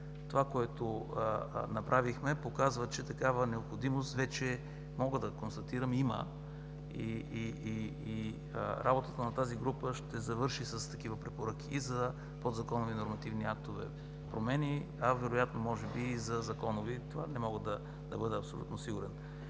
това, което направихме, показва, че такава необходимост вече, мога да констатирам, има. И работата на тази група ще завърши с такива препоръки за промени на нормативни актове, а вероятно може би и за законови – в това не мога да бъда абсолютно сигурен.